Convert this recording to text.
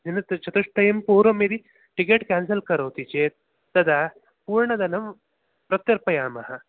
दिनचतुष्टय पूर्वं यदि ticket cancel करोति चेत् तदा पूर्णधनं प्रत्यर्पयामः